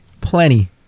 plenty